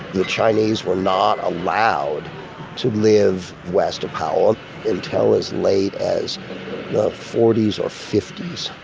the chinese were not allowed to live west of powell until as late as the forties or fifties.